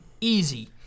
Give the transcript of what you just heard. easy